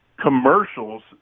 commercials